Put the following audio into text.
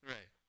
Right